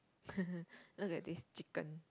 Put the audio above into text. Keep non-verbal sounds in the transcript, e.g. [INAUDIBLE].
[NOISE] look at this chicken